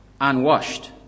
unwashed